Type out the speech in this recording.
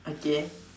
okay